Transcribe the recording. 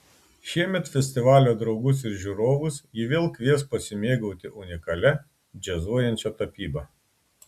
šiemet festivalio draugus ir žiūrovus ji vėl kvies pasimėgauti unikalia džiazuojančia tapyba